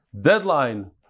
Deadline